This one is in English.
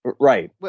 Right